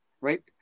right